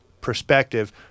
perspective –